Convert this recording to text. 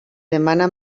demana